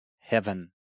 heaven